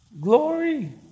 Glory